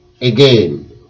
again